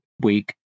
week